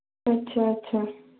अच्छा अच्छा